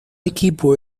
equipo